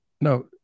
No